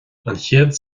chéad